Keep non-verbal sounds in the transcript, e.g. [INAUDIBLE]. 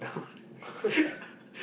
now that [LAUGHS]